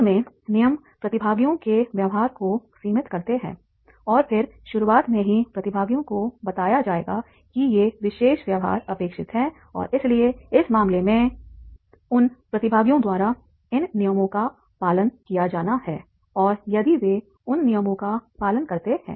अंत में नियम प्रतिभागियों के व्यवहार को सीमित करते हैं और फिर शुरुआत में ही प्रतिभागियों को बताया जाएगा कि ये विशेष व्यवहार अपेक्षित है और इसलिए इस मामले में उन प्रतिभागियों द्वारा इन नियमों का पालन किया जाना है और यदि वे उन नियमों का पालन करते हैं